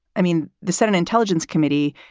i mean, the senate intelligence committee,